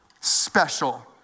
special